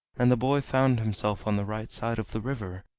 and the boy found himself on the right side of the river,